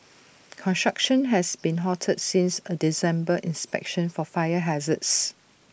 construction has been halted since A December inspection for fire hazards